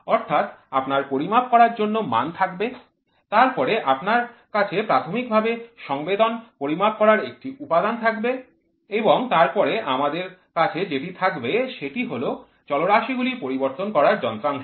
অর্থাৎ আপনার পরিমাপ করার জন্য মান থাকবে তারপরে আপনার কাছে প্রাথমিক ভাবে সংবেদন পরিমাপ করার একটি উপাদান থাকবে এবং তারপরে আমাদের কাছে যেটি থাকবে সেটি হল চলরাশি গুলি পরিবর্তন করার যন্ত্রাংশ